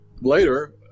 later